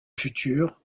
futur